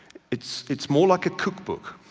it's it's more like a cookbook,